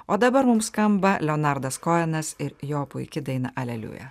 o dabar mums skamba leonardas koenas ir jo puiki daina aleliuja